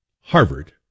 Harvard